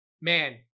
man